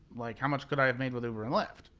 like how much could i have made with uber and lyft?